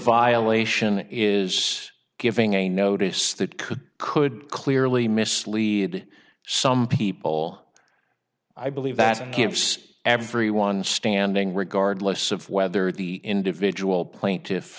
violation is giving a notice that could could clearly mislead some people i believe that gives everyone standing regardless of whether the individual plaintiffs